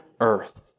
earth